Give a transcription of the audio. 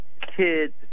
kids